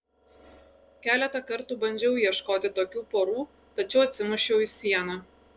keletą kartų bandžiau ieškoti tokių porų tačiau atsimušiau į sieną